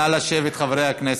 נא לשבת, חברי הכנסת.